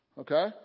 Okay